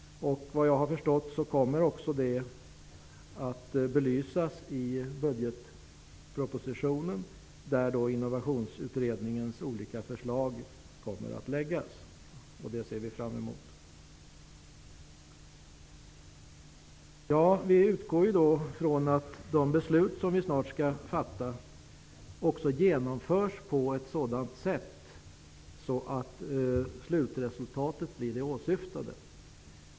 Såvitt jag förstår kommer det också att beslysas i budgetpropositionen, där Innovationsutredningens olika förslag kommer att presenteras. Det ser vi fram emot. Vi utgår från att det beslut som vi snart skall fatta genomförs på ett sådant sätt att slutresultatet blir det åsyftade.